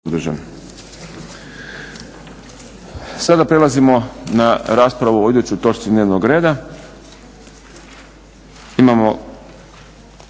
Sada prelazimo na raspravu o idućoj točci dnevnog reda. Imamo